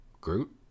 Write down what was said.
Groot